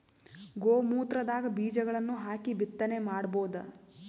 ಗೋ ಮೂತ್ರದಾಗ ಬೀಜಗಳನ್ನು ಹಾಕಿ ಬಿತ್ತನೆ ಮಾಡಬೋದ?